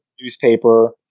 newspaper